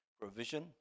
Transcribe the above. provision